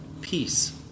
peace